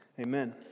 Amen